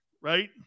Right